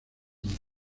mundo